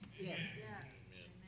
Yes